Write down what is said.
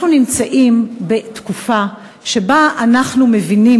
אנחנו נמצאים בתקופה שבה אנחנו מבינים,